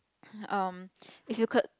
um if you could